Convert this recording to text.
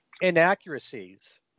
inaccuracies